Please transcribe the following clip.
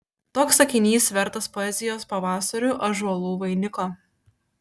toks sakinys vertas poezijos pavasario ąžuolų vainiko